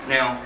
Now